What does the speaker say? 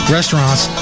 Restaurants